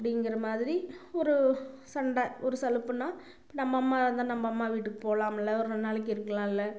அப்படிங்கிற மாதிரி ஒரு சண்டை ஒரு சலுப்புன்னால் நம்ம அம்மா இருந்தால் நம்ம அம்மா வீட்டுக்கு போகலாம்ல ஒரு ரெண்டு நாளைக்கு இருக்கலாமில்ல